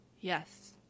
Yes